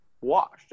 washed